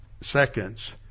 seconds